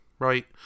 right